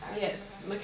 Yes